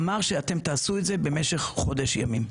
אמר שאתם תעשו את זה במשך חודש ימים.